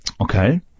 okay